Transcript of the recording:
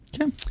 Okay